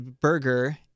Burger